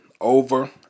over